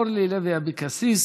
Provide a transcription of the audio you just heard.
אורלי לוי אבקסיס,